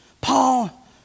Paul